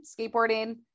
skateboarding